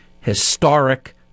historic